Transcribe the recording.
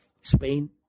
Spain